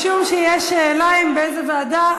משום שיש שאלה באיזה ועדה,